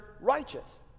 righteous